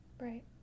right